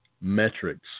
metrics